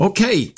Okay